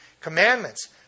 commandments